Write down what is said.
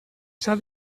set